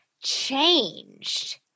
changed